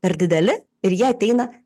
per dideli ir jie ateina